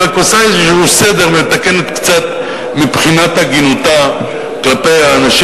היא רק עושה איזה סדר ומתקנת קצת מבחינת הגינותה כלפי האנשים